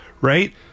right